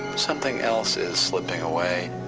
something else is slipping away,